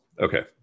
Okay